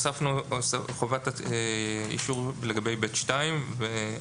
הוספנו חובת אישור לגבי (ב)(2).